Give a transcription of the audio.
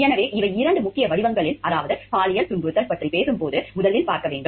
எனவே இவை இரண்டு முக்கிய வடிவங்கள் அதாவது பாலியல் துன்புறுத்தல் பற்றி பேசும்போது முதலில் பார்க்க வேண்டும்